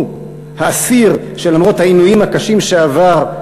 הוא, האסיר, שלמרות העינויים הקשים שעבר,